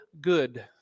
good